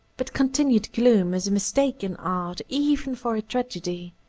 but continued gloom is a mistake in art, even for a tragedy.